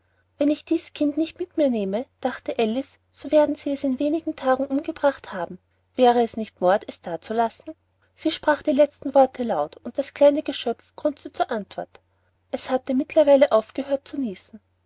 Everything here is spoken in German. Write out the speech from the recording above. wenn ich dies kind nicht mit mir nehme dachte alice so werden sie es in wenigen tagen umgebracht haben wäre es nicht mord es da zu lassen sie sprach die letzten worte laut und das kleine geschöpf grunzte zur antwort es hatte mittlerweile aufgehört zu